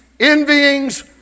Envyings